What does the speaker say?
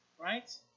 right